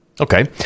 Okay